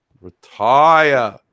Retire